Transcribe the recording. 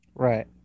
Right